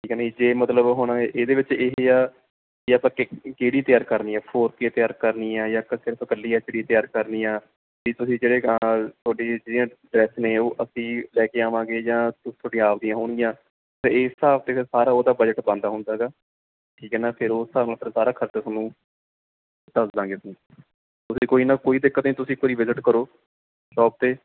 ਠੀਕ ਹੈ ਨਾ ਜੀ ਜੇ ਮਤਲਬ ਹੁਣ ਇਹਦੇ ਵਿੱਚ ਇਹ ਆ ਵੀ ਆਪਾਂ ਪਿਕ ਕਿਹੜੀ ਤਿਆਰ ਕਰਨੀ ਹੈ ਫੋਰ ਕੇ ਤਿਆਰ ਕਰਨੀ ਆ ਜਾਂ ਸਿਰਫ਼ ਇਕੱਲੀ ਐਚ ਡੀ ਤਿਆਰ ਕਰਨੀ ਆ ਵੀ ਤੁਸੀਂ ਜਿਹੜੇ ਗਾਂਹ ਤੁਹਾਡੀ ਜਿਹੜੀਆਂ ਡਰੈਸ ਨੇ ਉਹ ਅਸੀਂ ਲੈ ਕੇ ਆਵਾਂਗੇ ਜਾਂ ਤੂ ਤੁਹਾਡੀ ਆਪਣੀਆਂ ਹੋਣਗੀਆਂ ਅਤੇ ਇਸ ਹਿਸਾਬ 'ਤੇ ਫਿਰ ਸਾਰਾ ਉਹਦਾ ਬਜਟ ਬਣਦਾ ਹੁੰਦਾ ਗਾ ਠੀਕ ਹੈ ਨਾ ਫਿਰ ਉਸ ਹਿਸਾਬ ਨਾਲ ਫਿਰ ਸਾਰਾ ਖਰਚਾ ਤੁਹਾਨੂੰ ਦੱਸ ਦਵਾਂਗੇ ਤੁਸੀਂ ਕੋਈ ਨਾ ਕੋਈ ਦਿੱਕਤ ਨਹੀਂ ਤੁਸੀਂ ਇੱਕ ਵਾਰ ਵਿਜਿਟ ਕਰੋ ਸ਼ੋਪ 'ਤੇ